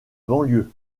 banlieue